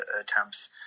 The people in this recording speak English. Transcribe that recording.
attempts